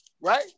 Right